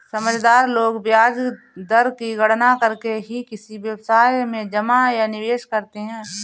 समझदार लोग ब्याज दर की गणना करके ही किसी व्यवसाय में जमा या निवेश करते हैं